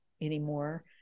anymore